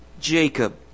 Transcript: Jacob